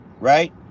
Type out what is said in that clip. right